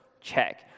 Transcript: check